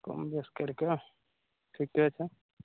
कम बेस करिके ठिके छै